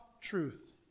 truth